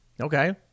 Okay